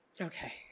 Okay